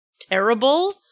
terrible